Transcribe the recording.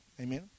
Amen